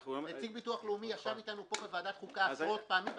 נציג הביטוח הלאומי ישב אתנו פה בוועדת החוקה עשרות פעמים ו